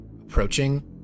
approaching